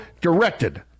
directed